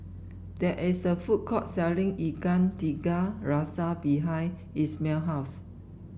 there is a food court selling Ikan Tiga Rasa behind Ismael house